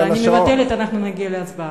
אני מבטלת, אנחנו נגיע להצבעה.